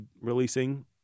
releasing